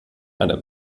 eine